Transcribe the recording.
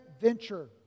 venture